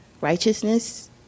righteousness